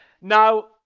Now